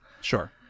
Sure